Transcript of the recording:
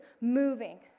moving